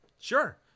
Sure